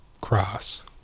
Cross